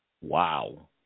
wow